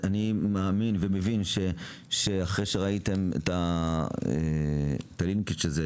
אני מאמין שאחרי שראיתם את האינפוט של זה,